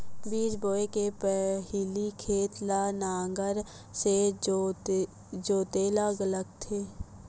बीज बोय के पहिली खेत ल नांगर से जोतेल लगथे?